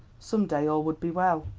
some day all would be well.